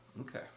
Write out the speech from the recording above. Okay